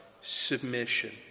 submission